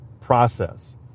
process